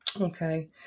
Okay